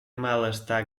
malestar